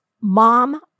Mom